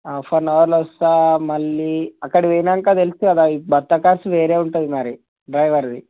half and అవర్లో వస్తాను మళ్ళీ అక్కడికి పోయినాక తెలుసు కదా బత్త కాస్ట్ వేరే ఉంటుంది మరి డ్రైవర్ది